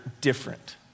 different